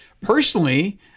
Personally